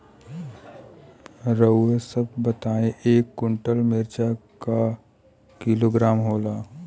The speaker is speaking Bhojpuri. रउआ सभ बताई एक कुन्टल मिर्चा क किलोग्राम होला?